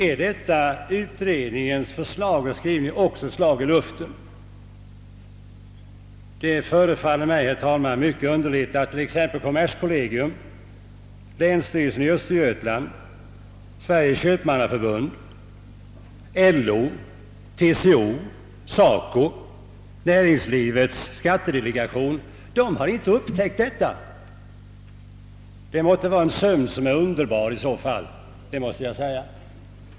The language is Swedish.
Är detta utredningsförslag också ett slag i luften? Det förefaller mig, herr talman, mycket egendomligt att t.ex. kommerskollegium, länsstyrelsen i Östergötland, Sveriges köpmannaförbund, LO, TCO, SACO och Näringslivets skattedelegation inte har upptäckt detta. Det måtte vara en underbar sömn de sovit i så fall.